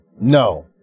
no